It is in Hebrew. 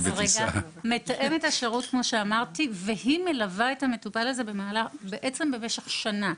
מתאמת השירות מלווה את המטופל במשך שנה.